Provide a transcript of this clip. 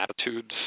attitudes